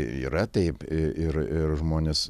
yra taip ir ir žmonės